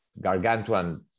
gargantuan